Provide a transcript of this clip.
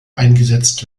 eingesetzt